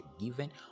given